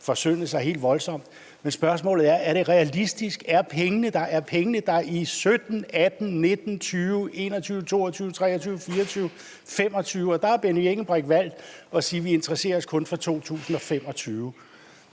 forsynde sig helt voldsomt. Men spørgsmålet er: Er det realistisk? Er pengene der? Er pengene der i 2017, i 2018, i 2019, i 2020, 2021, 2022, 2023, 2024, 2025? Der har Benny Engelbrecht valgt at sige: Vi interesserer os kun for 2025.